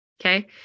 Okay